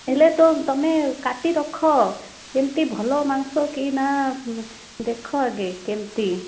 ହେଲେ ତ ତୁମେ କାଟି ରଖ ଯେମିତି ଭଲ ମାଂସ କି ନା ଦେଖ ଆଗେ କେମିତି